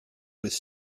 was